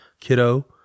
Kiddo